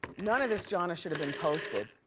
none of this jahna should have been posted.